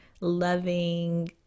loving